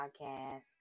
podcast